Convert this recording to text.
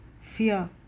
fear